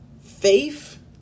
faith